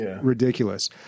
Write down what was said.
ridiculous